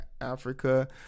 Africa